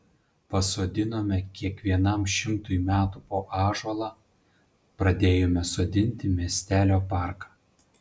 pasodinome kiekvienam šimtui metų po ąžuolą pradėjome sodinti miestelio parką